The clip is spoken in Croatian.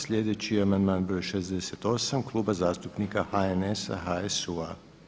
Sljedeći amandman broj 68 Kluba zastupnika HNS-HSU-a.